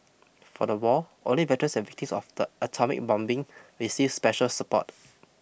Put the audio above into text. for the war only veterans and victims of the atomic bombing received special support